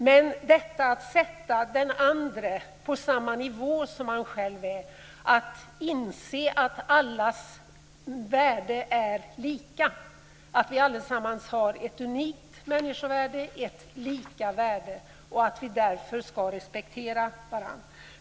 Detta innebär att sätta den andre på samma nivå som man själv är, att inse att allas värde är lika, att vi allesammans har ett unikt människovärde, ett lika värde, och att vi därför ska respektera varandra.